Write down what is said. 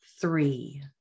three